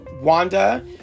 Wanda